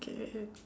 K